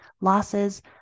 losses